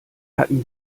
hatten